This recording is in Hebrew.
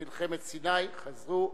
עם מלחמת סיני, חזרו